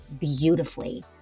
beautifully